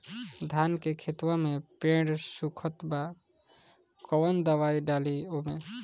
धान के खेतवा मे पेड़ सुखत बा कवन दवाई डाली ओमे?